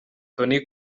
toni